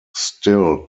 still